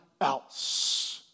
else